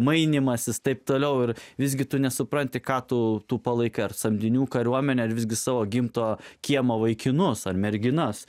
mainymasis taip toliau ir visgi tu nesupranti ką tu tu palaikai ar samdinių kariuomenę ar visgi savo gimto kiemo vaikinus ar merginas